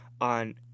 on